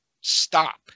stop